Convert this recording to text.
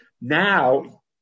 Now